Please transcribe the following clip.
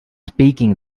speaking